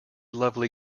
lovely